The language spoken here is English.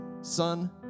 son